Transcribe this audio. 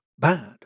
bad